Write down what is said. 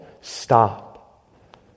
stop